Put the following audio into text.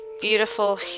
beautiful